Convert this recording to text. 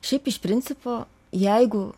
šiaip iš principo jeigu